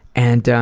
and,